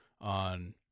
on